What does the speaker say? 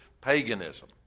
paganism